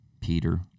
Peter